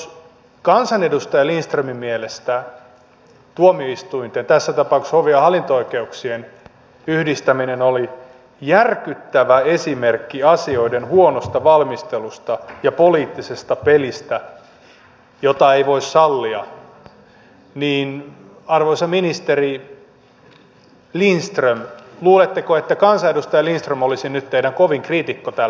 jos kansanedustaja lindströmin mielestä tuomioistuinten tässä tapauksessa hovi ja hallinto oikeuksien yhdistäminen oli järkyttävä esimerkki asioiden huonosta valmistelusta ja poliittisesta pelistä jota ei voi sallia niin arvoisa ministeri lindström luuletteko että kansanedustaja lindström olisi nyt teidän kovin kriitikkonne täällä salissa